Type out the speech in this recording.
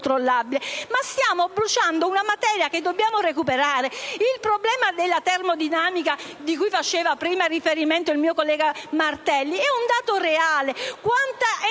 si brucia una materia che si deve recuperare. Il problema della termodinamica, cui ha fatto riferimento il mio collega Martelli, è un dato reale.